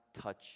touch